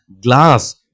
glass